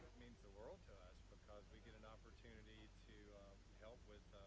means the world to us because we get an opportunity to help with